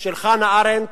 של חנה ארנדט,